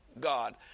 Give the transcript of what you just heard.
God